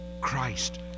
Christ